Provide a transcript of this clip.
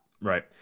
Right